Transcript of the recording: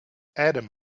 adam